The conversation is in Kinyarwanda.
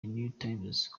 newtimes